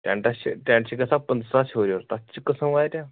ٹیٚنٹَس چھِ تیٚنٹ چھِ گژھان پٔنٛژٕہ ساس ہیٚور ہیٚور تَتھ تہِ چھِ قٕسٕم واریاہ